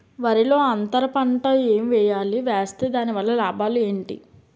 వరిలో అంతర పంట ఎం వేయాలి? వేస్తే దాని వల్ల లాభాలు ఏంటి?